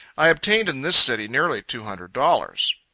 i obtained in this city nearly two hundred dollars.